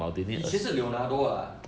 以前是 leonardo ah